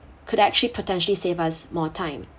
could actually potentially save us more time